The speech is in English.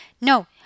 no